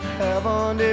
heaven